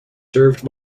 served